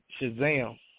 Shazam